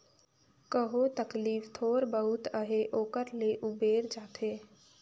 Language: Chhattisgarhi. कहो तकलीफ थोर बहुत अहे ओकर ले उबेर जाथे